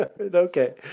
Okay